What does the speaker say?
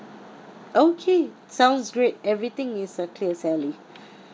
okay sounds great everything is okay sally